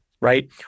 right